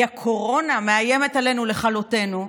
כי הקורונה מאיימת עלינו לכלותנו,